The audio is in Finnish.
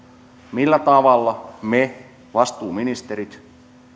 millä tavalla me vastuuministerit